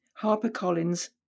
HarperCollins